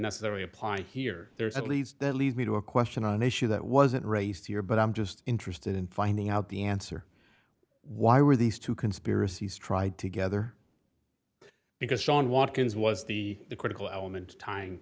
necessarily apply here there's at least that leads me to a question an issue that wasn't raised here but i'm just interested in finding out the answer why were these two conspiracies tried together because shawn walk ins was the the critical element t